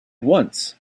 once